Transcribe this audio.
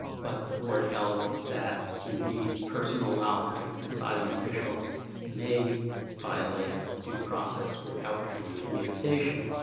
but the board held that indeed personal knowledge of the deciding official may violate due process without any communication.